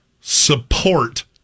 support